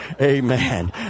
Amen